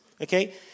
Okay